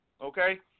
okay